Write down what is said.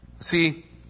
See